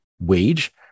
wage